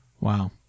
Wow